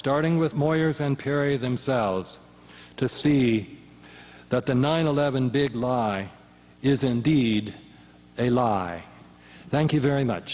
starting with more years and perrie themselves to see that the nine eleven big law is indeed a law i thank you very much